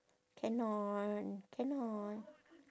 cannot cannot